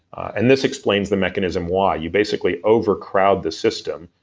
and this explains the mechanism why. you basically overcrowd the system,